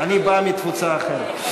אני בא מתפוצה אחרת.